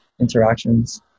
interactions